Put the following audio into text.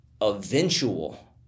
eventual